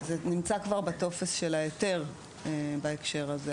זה כבר נמצא בטופס של ההיתר בהקשר הזה.